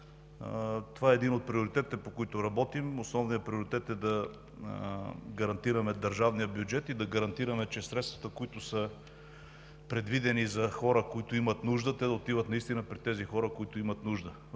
това е един от приоритетите, по които работим. Основният приоритет е да гарантираме държавния бюджет и да гарантираме, че средствата, които са предвидени за хора, които имат нужда, наистина да отиват при хората, които имат нужда.